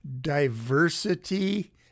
diversity